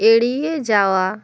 এড়িয়ে যাওয়া